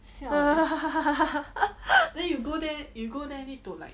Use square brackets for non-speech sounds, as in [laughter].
[laughs]